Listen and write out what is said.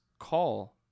call